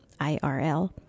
IRL